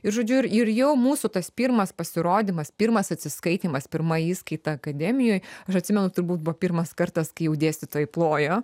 ir žodžiu ir ir jau mūsų tas pirmas pasirodymas pirmas atsiskaitymas pirma įskaita akademijoj aš atsimenu turbūt buvo pirmas kartas kai jau dėstytojai plojo